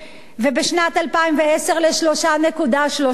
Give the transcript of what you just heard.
ובשנת 2010, ל-3.3%.